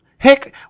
Heck